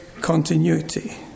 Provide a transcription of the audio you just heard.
continuity